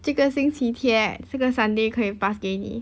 这个星期天这个 sunday 可以 pass 给你